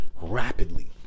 rapidly